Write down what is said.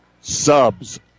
subs